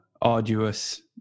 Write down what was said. arduous